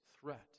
threat